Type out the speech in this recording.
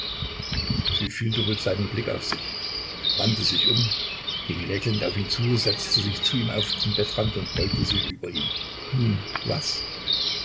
sie fühlte wohl seinen blick auf sich wandte sich um ging lächelnd auf ihn zu setzte sich zu ihm auf den bettrand und beugte sich über ihn nun was